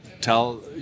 tell